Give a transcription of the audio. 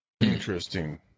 Interesting